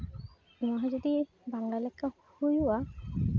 ᱱᱚᱣᱟ ᱦᱚᱸ ᱡᱩᱫᱤ ᱵᱟᱝᱞᱟ ᱞᱮᱠᱟ ᱦᱩᱭᱩᱜᱼᱟ